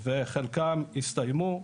וחלקם הסתיימו,